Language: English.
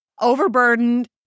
overburdened